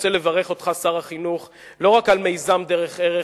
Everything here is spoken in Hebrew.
אני רוצה לברך את שר החינוך לא רק על מיזם "דרך ערך",